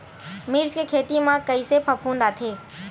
मिर्च के खेती म कइसे फफूंद आथे?